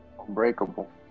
Unbreakable